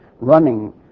Running